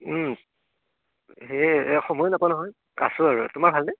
এই সময় নাপাওঁ নহয় আছোঁ আৰু তোমাৰ ভালনে